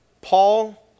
Paul